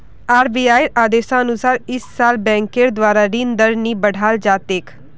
आरबीआईर आदेशानुसार इस साल बैंकेर द्वारा ऋण दर नी बढ़ाल जा तेक